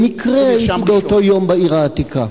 במקרה הייתי באותו יום בעיר העתיקה,